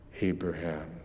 Abraham